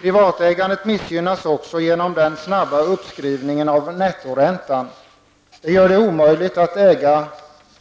Privatägandet missgynnas också genom den snabba uppskrivningen av nettoräntan. Det blir omöjligt att äga